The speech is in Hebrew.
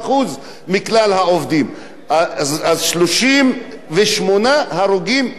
אז 38 הרוגים בתאונות בעבודת הבניין.